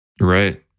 Right